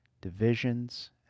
divisions